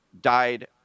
died